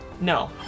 No